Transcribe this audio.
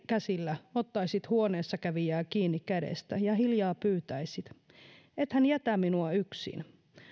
käsillä ottaisit huoneessa kävijää kiinni kädestä ja hiljaa pyytäisit ethän jätä minua yksin